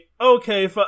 okay